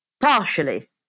Partially